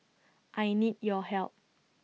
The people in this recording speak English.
I need your help